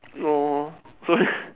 no